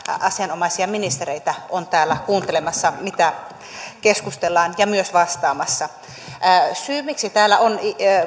asianomaisia ministereitä on täällä kuuntelemassa mitä keskustellaan ja myös vastaamassa se miksi täällä on